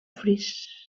fris